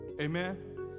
Amen